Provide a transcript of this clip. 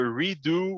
redo